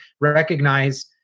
recognize